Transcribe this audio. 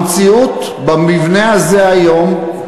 המציאות במבנה הזה היום: